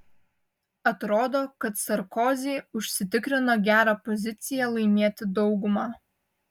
atrodo kad sarkozy užsitikrino gerą poziciją laimėti daugumą